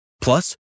Plus